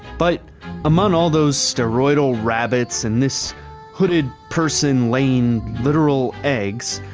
but among all those steroidal rabbits and this hooded person laying literal eggs,